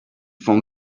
from